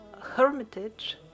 hermitage